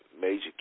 major